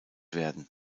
werden